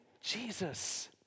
jesus